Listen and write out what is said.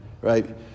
Right